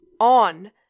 on